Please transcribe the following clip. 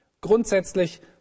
Grundsätzlich